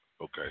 Okay